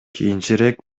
кийинчерээк